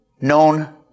known